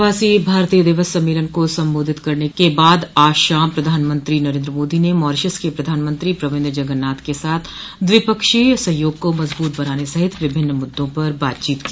प्रवासी भारतीय दिवस सम्मेलन को संबोधित करने के बाद आज शाम प्रधानमंत्री नरेन्द्र मोदी ने मॉरीशस के प्रधानमंत्री प्रविंद जगन्नाथ के साथ द्विपक्षीय सहयोग को मजबूत बनाने सहित विभिन्न मुद्दों पर बातचीत की